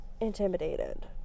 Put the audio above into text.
intimidated